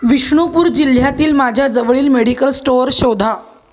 विष्णुपूर जिल्ह्यातील माझ्या जवळील मेडिकल स्टोअर शोधा